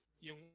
yung